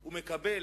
הוא מקבל